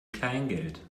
kleingeld